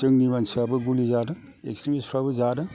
जोंनि मानसियाबो गुलि जादों एक्सट्रिमिसफ्राबो जादों